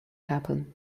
happen